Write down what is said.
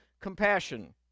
compassion